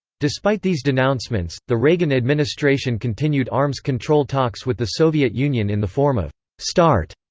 despite these denouncements, the reagan administration continued arms control talks with the soviet union in the form of start.